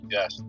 Yes